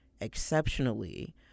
exceptionally